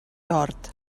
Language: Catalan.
tort